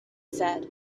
said